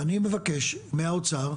ואני מבקש מהאוצר,